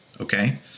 Okay